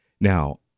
Now